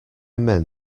men